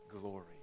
glory